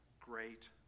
great